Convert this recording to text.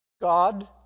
God